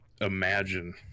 imagine